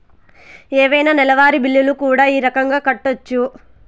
ఏవైనా నెలవారి బిల్లులు కూడా ఈ రకంగా కట్టొచ్చు